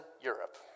Europe